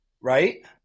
Right